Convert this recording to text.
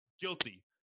guilty